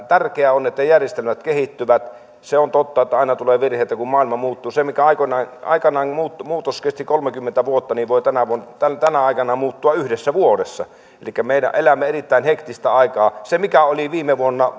tärkeää on että järjestelmät kehittyvät se on totta että aina tulee virheitä kun maailma muuttuu se muutos mikä aikanaan aikanaan kesti kolmekymmentä vuotta voi tänä aikana muuttua yhdessä vuodessa elikkä elämme erittäin hektistä aikaa se mikä viime vuonna